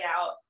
out